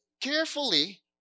carefully